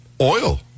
oil